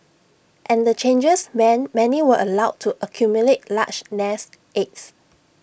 and the changes meant many were allowed to accumulate large nest eggs